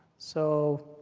so